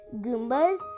Goombas